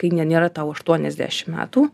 kai ne nėra tau aštuoniasdešim metų